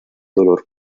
dolor